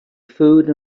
food